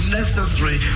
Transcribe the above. necessary